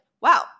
wow